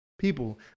people